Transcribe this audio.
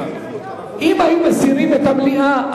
אם היו מסירים את המליאה,